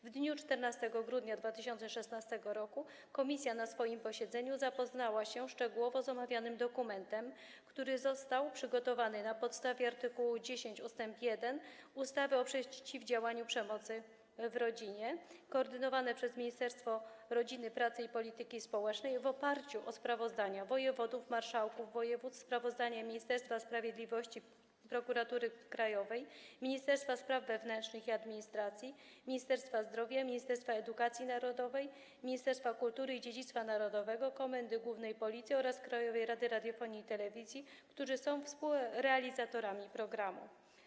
W dniu 14 grudnia 2016 r. komisja na swoim posiedzeniu zapoznała się szczegółowo z omawianym dokumentem, który został przygotowany na podstawie art. 10 ust. 1 ustawy o przeciwdziałaniu przemocy w rodzinie i był koordynowany przez Ministerstwo Rodziny, Pracy i Polityki Społecznej w oparciu o sprawozdania wojewodów, marszałków województw, a także sprawozdania Ministerstwa Sprawiedliwości, Prokuratury Krajowej, Ministerstwa Spraw Wewnętrznych i Administracji, Ministerstwa Zdrowia, Ministerstwa Edukacji Narodowej, Ministerstwa Kultury i Dziedzictwa Narodowego, Komendy Głównej Policji oraz Krajowej Rady Radiofonii i Telewizji, które są współrealizatorami programu.